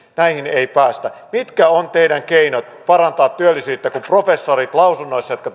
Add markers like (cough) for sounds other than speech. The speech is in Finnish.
näihin ei päästä mitkä ovat teidän keinonne parantaa työllisyyttä kun professorit lausunnoissaan jotka (unintelligible)